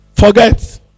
forget